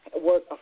work